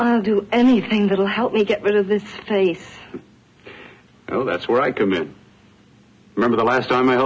i don't do anything that'll help me get rid of this face oh that's where i come in remember the last time i